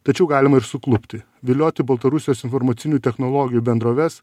tačiau galima ir suklupti vilioti baltarusijos informacinių technologijų bendroves